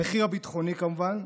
המחיר הביטחוני, כמובן,